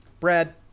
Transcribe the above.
Brad